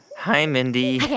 hi, mindy